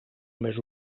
més